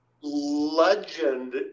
legend